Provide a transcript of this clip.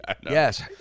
Yes